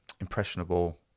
impressionable